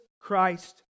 Christ